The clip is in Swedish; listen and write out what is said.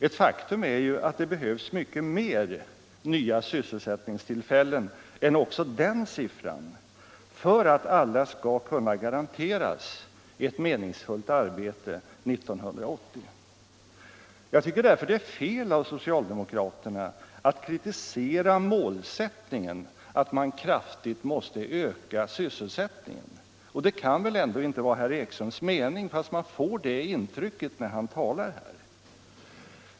Ett faktum är ju att det behövs mycket fler nya sysselsättningstillfällen än också den siffran för att alla skall kunna garanteras ett meningsfullt arbete 1980. Jag tycker därför att det är fel av socialdemokraterna att kritisera målsättningen att man kraftigt måste öka sysselsättningen. Det kan väl heller inte vara herr Ekströms mening att man skall göra det, fast det blir intrycket när han talar här.